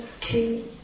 two